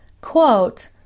quote